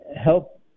help